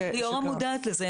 ליאורה מודעת לזה.